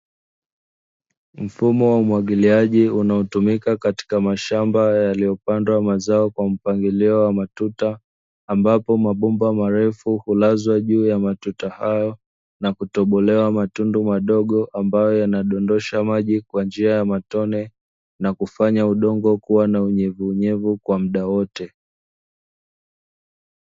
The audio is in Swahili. Mfumo wa umwagiliaji unaotumika katika mashamba yaliyopandwa mazao kwa mpangilio wa matuta, ambapo mabomba marefu hulazwa juu ya matuta hayo na kutobolewa matundu madogo, ambayo yana dondosha maji kwa njia ya matone na kufanya udongo kuwa na unyevunyevu kwa mda wote.